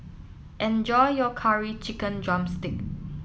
enjoy your Curry Chicken Drumstick